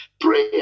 prayer